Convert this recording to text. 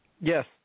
yes